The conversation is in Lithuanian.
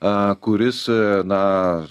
a kuris a na